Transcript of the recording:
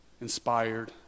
inspired